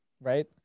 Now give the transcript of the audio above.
Right